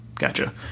gotcha